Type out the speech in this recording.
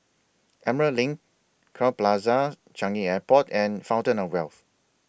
Emerald LINK Crowne Plaza Changi Airport and Fountain of Wealth